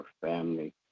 family